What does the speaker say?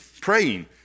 praying